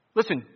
Listen